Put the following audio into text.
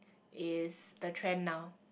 is the trend now